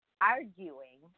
arguing